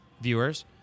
viewers